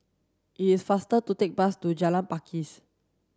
it is faster to take bus to Jalan Pakis